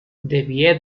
debbie